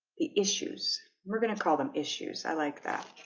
issues we're gonna call them issues. i like that